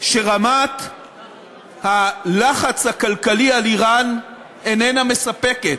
שרמת הלחץ הכלכלי על איראן איננה מספקת,